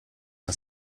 una